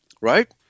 right